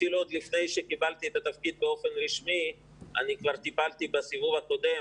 אפילו לפני שקיבלתי את התפקיד באופן רשמי כבר טיפלתי בסיבוב הקודם